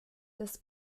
des